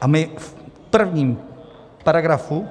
A my v prvním paragrafu